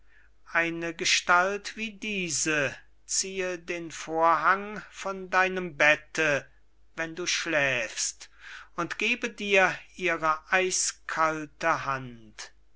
lesen eine gestalt wie diese ziehe den vorhang von deinem bette wenn du schläfst und gebe dir ihre eiskalte hand eine